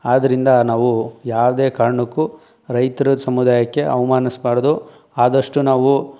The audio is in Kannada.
ಆದ್ದರಿಂದ ನಾವು ಯಾವುದೇ ಕಾರಣಕ್ಕೂ ರೈತ್ರ ಸಮುದಾಯಕ್ಕೆ ಅವಮಾನಿಸ್ಬಾರ್ದು ಆದಷ್ಟು ನಾವು